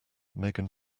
megan